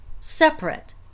separate